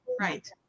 Right